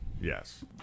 Yes